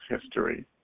history